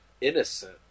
innocent